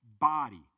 body